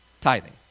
tithing